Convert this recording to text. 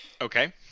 Okay